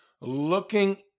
looking